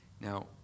Now